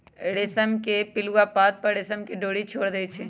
रेशम के पिलुआ पात पर रेशम के डोरी छोर देई छै